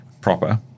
proper